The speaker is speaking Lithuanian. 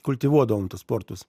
kultivuodavom tuos sportus